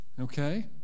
okay